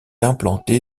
implanté